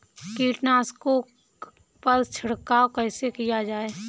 कीटनाशकों पर छिड़काव कैसे किया जाए?